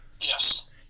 Yes